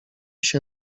się